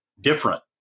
different